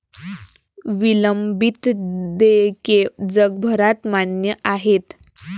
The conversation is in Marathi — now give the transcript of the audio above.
विलंबित देयके जगभरात मान्य आहेत